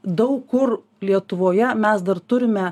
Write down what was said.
daug kur lietuvoje mes dar turime